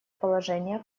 положение